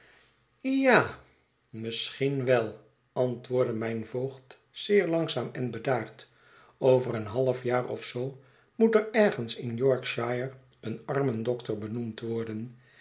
ja misschien wel antwoordde mijn voogd zeer langzaam en bedaard over een half jaar of zoo moet er ergens in yorkshire een armendokter benoemd worden